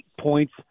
points